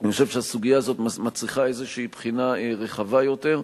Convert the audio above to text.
אני חושב שהסוגיה הזאת מצריכה איזו בחינה רחבה יותר,